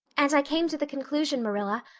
and i came to the conclusion, marilla,